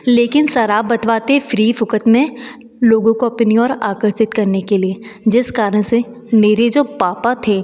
लेकिन शराब बँटवाते फ्री फोकट में लोगों को अपनी ओर आकर्षित करने के लिए जिस कारण से मेरे जो पापा थे